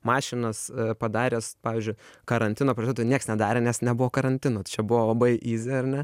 mašinas padaręs pavyzdžiui karantino to nieks nedarė nes nebuvo karantino tai čia buvo labai yzy ar ne